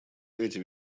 эти